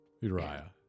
Uriah